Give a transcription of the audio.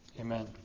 Amen